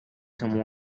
some